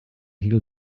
heal